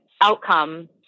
outcome